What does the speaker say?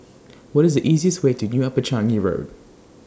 What IS The easiest Way to New Upper Changi Road